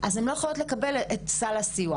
אז הם לא יכולות לקבל את סל הסיוע